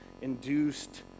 induced